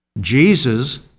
Jesus